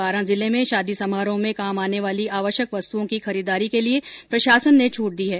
बारां जिले में शादी समारोह में काम आने वाली आवश्यक वस्तुओं की खरीददारी को लिए प्रशासन ने छूट दी है